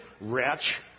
wretch